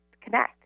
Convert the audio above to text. connect